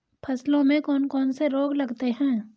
फसलों में कौन कौन से रोग लगते हैं?